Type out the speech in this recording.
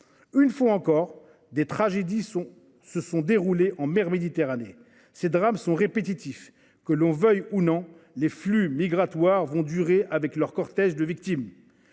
Une fois encore, des tragédies se sont déroulées en mer Méditerranée. Ce sont des drames à répétition. Qu’on le veuille ou non, les flux migratoires vont durer et entraîner leurs cortèges de victimes.